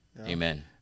Amen